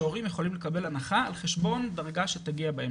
שהורים יכולים לקבל הנחה על חשבון דרגה שתגיע בהמשך.